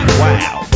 wow